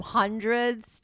hundreds